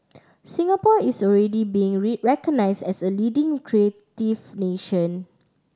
Singapore is already being recognised as a leading creative nation